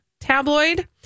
tabloid